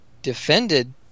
defended